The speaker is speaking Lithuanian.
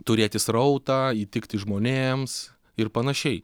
turėti srautą įtikti žmonėms ir panašiai